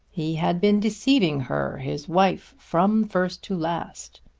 he had been deceiving her his wife from first to last.